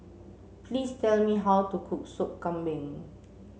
please tell me how to cook sop Kambing